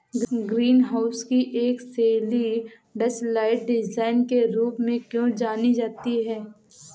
Green house की एक शैली डचलाइट डिजाइन के रूप में क्यों जानी जाती है?